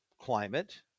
climate